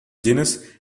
genus